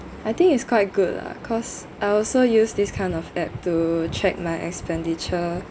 I think it's quite good lah cause I also use this kind of app to check my expenditure